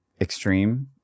extreme